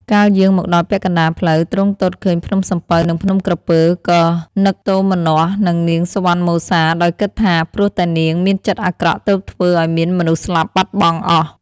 កាលយាងមកដល់ពាក់កណ្ដាលផ្លូវ ទ្រង់ទតឃើញភ្នំសំពៅ និងភ្នំក្រពើ ក៏នឹកទោមនស្សនឹងនាងសុវណ្ណមសា ដោយគិតថា ព្រោះតែនាងមានចិត្តអាក្រក់ទើបធ្វើឲ្យមានមនុស្សស្លាប់បាត់បង់អស់។